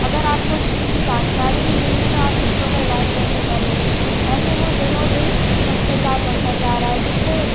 अगर आपको इस चीज़ की जानकारी ही नहीं है तो आप आप दूसरों का इलाज़ कैसे करोगे ऐसे वो दिनों दिन भ्रष्टाचार बढ़ता जा रहा है जिससे